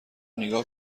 نیگا